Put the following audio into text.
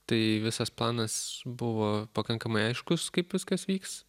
tai visas planas buvo pakankamai aiškus kaip viskas vyks